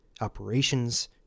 operations